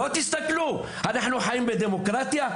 פשוט תסתכלו מסביב, אנחנו חיים בדמוקרטיה?